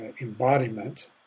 embodiment